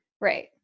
Right